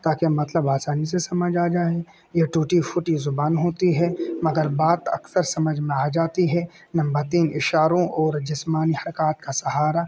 تاکہ مطلب آسانی سے سمجھ آ جائے یہ ٹوٹی پھوٹی زبان ہوتی ہے مگر بات اکثر سمجھ میں آ جاتی ہے نمبر تین اشاروں اور جسمانی حرکات کا سہارا